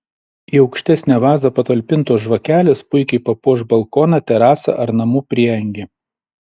į aukštesnę vazą patalpintos žvakelės puikiai papuoš balkoną terasą ar namų prieangį